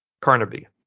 Carnaby